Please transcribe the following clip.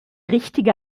richtige